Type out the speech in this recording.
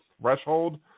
threshold